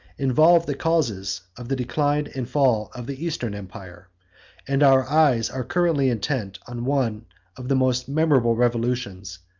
involve the causes of the decline and fall of the eastern empire and our eyes are curiously intent on one of the most memorable revolutions,